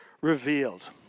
revealed